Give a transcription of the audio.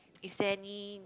is there any